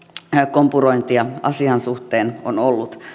kompurointia asian suhteen on ollut